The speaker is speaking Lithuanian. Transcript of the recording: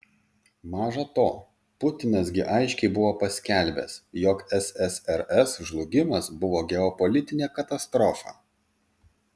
maža to putinas gi aiškiai buvo paskelbęs jog ssrs žlugimas buvo geopolitinė katastrofa